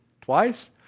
Twice